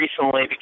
recently